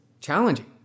challenging